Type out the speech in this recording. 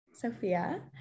Sophia